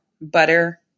butter